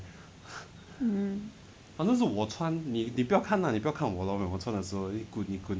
mm